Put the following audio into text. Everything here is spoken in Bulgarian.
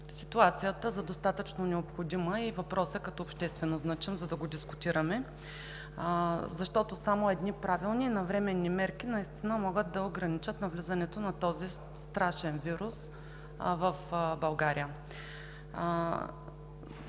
ситуацията за достатъчно необходима и въпросът като обществено значим, за да го дискутираме, защото само едни правилни и навременни мерки наистина могат да ограничат навлизането на този страшен вирус в България.